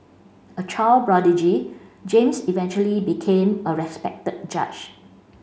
a child prodigy James eventually became a respected judge